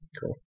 Cool